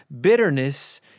Bitterness